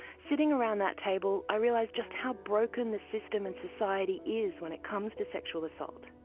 sitting around that table, i realised just how broken the system and society is when it comes to sexual assault.